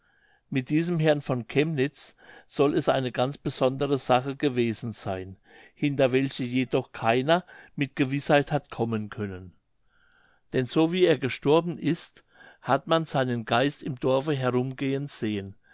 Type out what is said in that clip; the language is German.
mit diesem herrn von kemnitz soll es eine ganz besondere sache gewesen seyn hinter welche jedoch keiner mit gewißheit hat kommen können denn so wie er gestorben ist hat man seinen geist im dorfe herumgehen sehen